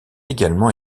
également